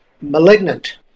malignant